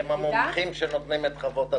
הם המומחים שנותנים את חוות הדעת.